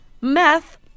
meth